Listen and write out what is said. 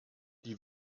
die